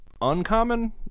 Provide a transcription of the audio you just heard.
uncommon